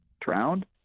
drowned